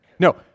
No